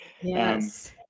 Yes